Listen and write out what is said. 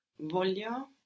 Voglio